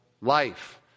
life